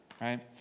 right